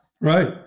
Right